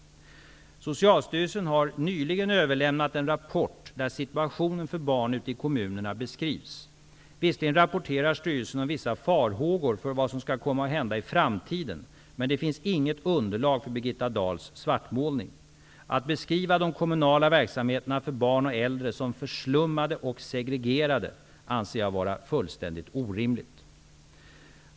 Socialstyrelsen har nyligen överlämnat en rapport där situationen för barn ute i kommunerna beskrivs. Visserligen rapporterar styrelsen om vissa farhågor för vad som skall komma att hända i framtiden, men det finns inget underlag för Birgitta Dahls svartmålning. Att beskriva de kommunala verksamheterna för barn och äldre som ''förslummade och segregerade'' anser jag vara fullständigt orimligt.